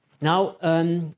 Now